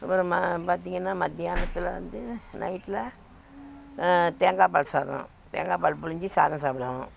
அப்புறமா பார்த்தீங்கன்னா மதியானத்தில் வந்து நைட்டில் தேங்காய்பால் சாதம் தேங்காய்பால் பிழுஞ்சி சாதம் சாப்பிடுவோம்